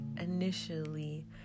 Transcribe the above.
initially